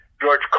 George